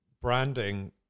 branding